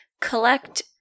collect